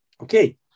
Okay